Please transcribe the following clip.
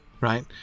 Right